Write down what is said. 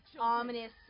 ominous